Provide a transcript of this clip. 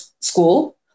school